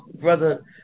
Brother